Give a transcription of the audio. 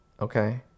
okay